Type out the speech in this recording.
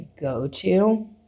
go-to